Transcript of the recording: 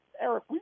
Eric